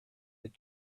had